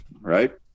Right